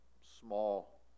small